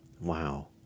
Wow